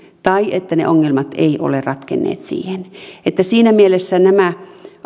tai että ne ongelmat eivät ole ratkenneet siihen siinä mielessä nämä